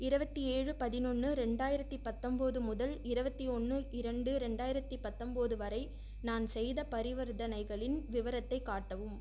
இருபத்தி ஏழு பதினொன்று ரெண்டாயிரத்தி பத்தொன்பது முதல் இருபத்தி ஒன்று இரண்டு ரெண்டாயிரத்தி பத்தொன்பது வரை நான் செய்த பரிவர்த்தனைகளின் விவரத்தை காட்டவும்